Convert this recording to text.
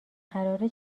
قراره